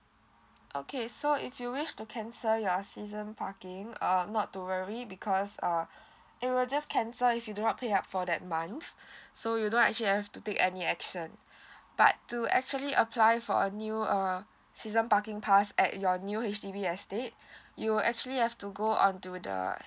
okay so if you wish to cancel your season parking uh not to worry because uh it will just cancel if you do not pay up for that month so you don't actually have to take any action but to actually apply for a new uh season parking pass at your new H_D_B estate you will actually have to go onto the